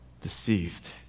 deceived